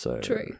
True